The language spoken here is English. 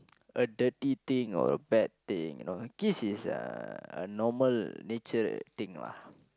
a dirty thing or bad thing you know kiss is a normal nature thing lah